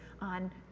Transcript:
on